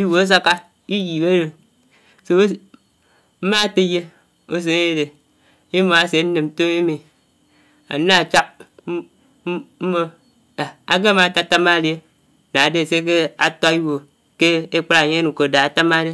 iwò ásákà, iyip ádud so mmá tèyè usèn isè imaam ádè ánnèm ntòmmi mi ánkà chàk mbò dàh ákè màn átàtàmà fiè dà ádè sè ákè tör iwò kè ékpàd ányè ánuku dà átàmmà dè.